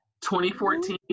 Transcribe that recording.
2014